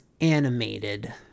animated